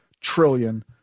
trillion